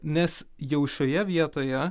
nes jau šioje vietoje